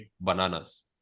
bananas